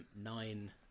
nine